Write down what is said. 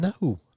No